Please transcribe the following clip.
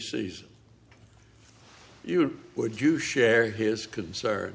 sees you would you share his concern